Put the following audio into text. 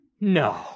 No